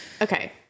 Okay